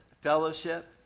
fellowship